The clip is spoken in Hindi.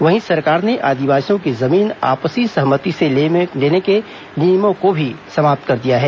वहीं सरकार ने आदिवासियों की जमीन आपसी सहमति से लेने के नियमों को भी समाप्त कर दिया है